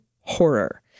horror